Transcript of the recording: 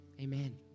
amen